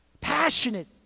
passionate